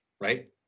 right